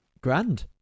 Grand